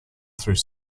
through